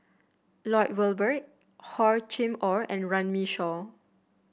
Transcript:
Lloyd Valberg Hor Chim Or and Runme Shaw